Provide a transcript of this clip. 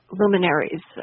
luminaries